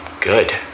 good